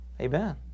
Amen